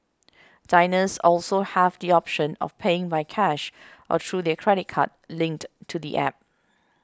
diners also have the option of paying by cash or through their credit card linked to the App